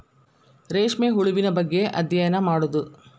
ರೇಶ್ಮೆ ಹುಳುವಿನ ಬಗ್ಗೆ ಅದ್ಯಯನಾ ಮಾಡುದು